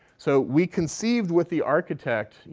so we conceived with the architect,